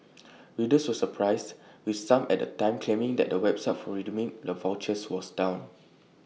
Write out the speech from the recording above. readers were surprised with some at the time claiming that the website for redeeming the vouchers was down